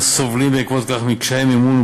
הסובלים בעקבות כך מקשיי מימון,